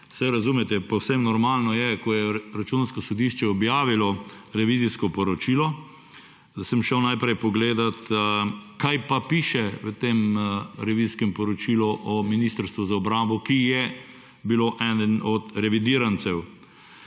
Saj razumete, povsem normalno je, ko je Računsko sodišče objavilo revizijsko poročilo, da sem šel najprej pogledat, kaj pa piše v tem revizijskem poročilu o Ministrstvu za obrambo, ki je bilo eden od revidirancev.